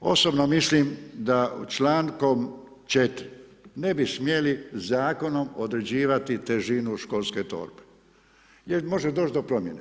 Osobno mislim da člankom 4 ne bi smjeli zakonom određivati težinu školske torbe jer može doći do promjene.